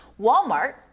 Walmart